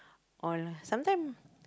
or sometime